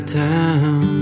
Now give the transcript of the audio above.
town